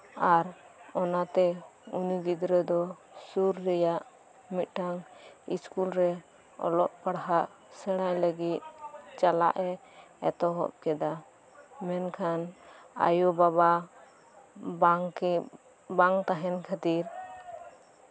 ᱟᱨ ᱚᱱᱟᱛᱮ ᱩᱱᱤ ᱜᱤᱫᱽᱨᱟᱹ ᱫᱚ ᱥᱳᱨ ᱨᱮᱭᱟᱜ ᱢᱤᱫ ᱴᱟᱝ ᱥᱠᱩᱞᱨᱮ ᱚᱞᱚᱜ ᱯᱟᱲᱦᱟᱜ ᱥᱮᱬᱟᱭ ᱞᱟᱹᱜᱤᱫ ᱪᱟᱞᱟᱜ ᱮ ᱮᱛᱚᱦᱚᱵ ᱠᱮᱫᱟ ᱢᱮᱱᱠᱷᱟᱱ ᱟᱭᱳ ᱵᱟᱵᱟ ᱵᱟᱝ ᱛᱟᱦᱮᱱ ᱠᱷᱟᱹᱛᱤᱨ